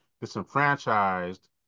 disenfranchised